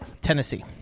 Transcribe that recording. Tennessee